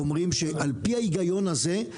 אומרים שעל פי ההיגיון הזה,